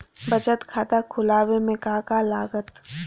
बचत खाता खुला बे में का का लागत?